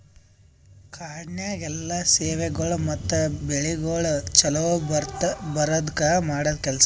ಕಾಡನ್ಯಾಗ ಎಲ್ಲಾ ಸೇವೆಗೊಳ್ ಮತ್ತ ಬೆಳಿಗೊಳ್ ಛಲೋ ಬರದ್ಕ ಮಾಡದ್ ಕೆಲಸ